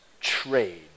trade